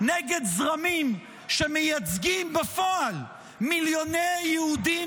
נגד זרמים שמייצגים בפועל מיליוני יהודים